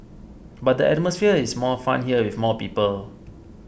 but the atmosphere is more fun here with more people